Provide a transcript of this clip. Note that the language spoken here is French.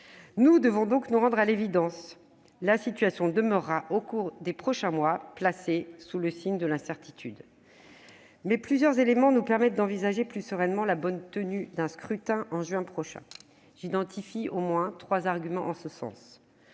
Nous devons donc nous rendre à l'évidence : au cours des prochains mois, la situation demeurera placée sous le signe de l'incertitude. Toutefois, plusieurs éléments nous permettent d'envisager plus sereinement la bonne tenue d'un scrutin en juin prochain. J'identifie au moins trois arguments dans ce sens.